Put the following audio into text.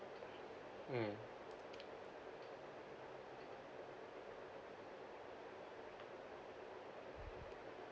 mm